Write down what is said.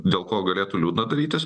dėl ko galėtų liūdna darytis